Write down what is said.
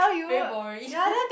very boring